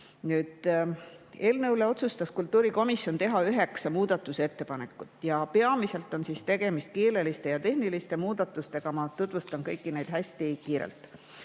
Eelnõu kohta otsustas kultuurikomisjon teha üheksa muudatusettepanekut. Peamiselt on tegemist keeleliste ja tehniliste muudatustega. Ma tutvustan kõiki neid hästi kiirelt.